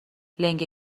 لنگه